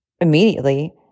immediately